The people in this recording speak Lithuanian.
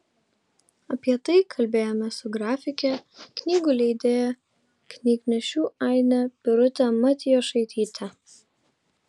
apie tai kalbėjomės su grafike knygų leidėja knygnešių aine birute matijošaityte